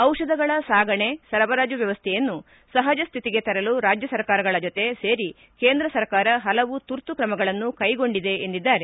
ದಿಷಧಗಳ ಸಾಗಣೆ ಸರಬರಾಜು ವ್ಯವಸ್ಥೆಯನ್ನು ಸಹಜ ಸ್ವಿತಿಗೆ ತರಲು ರಾಜ್ಯ ಸರ್ಕಾರಗಳ ಜೊತೆ ಸೇರಿ ಕೇಂದ್ರ ಸರ್ಕಾರ ಪಲವು ತುರ್ತು ಕ್ರಮಗಳನ್ನು ಕೈಗೊಂಡಿದೆ ಎಂದಿದ್ದಾರೆ